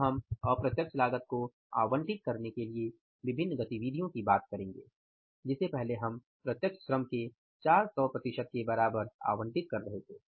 अब हम अप्रत्यक्ष लागत को आवंटित करने के लिए विभिन्न गतिविधियों की बात करेंगे जिसे पहले हम प्रत्यक्ष श्रम के 400 प्रतिशत के बराबर आवंटित कर रहे थे